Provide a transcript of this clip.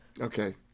Okay